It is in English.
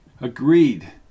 Agreed